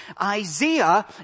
Isaiah